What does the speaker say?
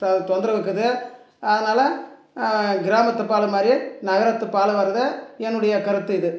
த தொந்தரவு இருக்காது அதனால் கிராமத்துப் பால் மாதிரி நகரத்துப் பாலும் வருது என்னுடைய கருத்து இது